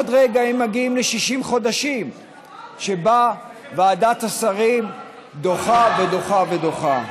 עוד רגע הם מגיעים ל-60 חודשים שבהם ועדת השרים דוחה ודוחה ודוחה.